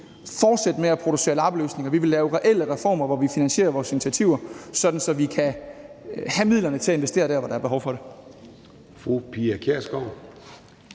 fortsætte med at producere lappeløsninger. Men vi vil lave reelle reformer, hvor vi finansierer vores initiativer, sådan at vi kan have midlerne til at investere der, hvor der er behov for det.